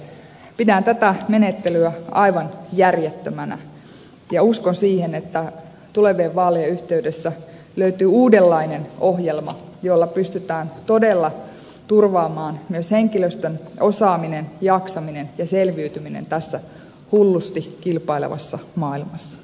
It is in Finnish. pidän tätä menettelyä aivan järjettömänä ja uskon siihen että tulevien vaalien yhteydessä löytyy uudenlainen ohjelma jolla pystytään todella turvaamaan myös henkilöstön osaaminen jaksaminen ja selviytyminen tässä hullusti kilpailevassa maailmassa